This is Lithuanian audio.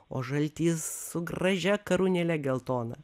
o žaltys su gražia karūnėle geltona